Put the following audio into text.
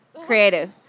Creative